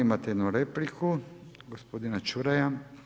Imate jednu repliku gospodina Čuraja.